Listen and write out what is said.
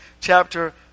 chapter